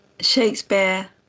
Shakespeare